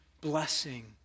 blessing